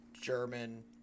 german